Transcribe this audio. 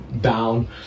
down